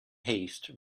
haste